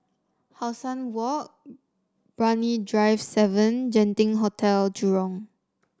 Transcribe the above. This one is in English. How Sun Walk Brani Drive seven Genting Hotel Jurong